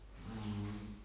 mm